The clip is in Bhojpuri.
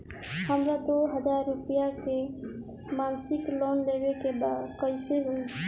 हमरा दो हज़ार रुपया के मासिक लोन लेवे के बा कइसे होई?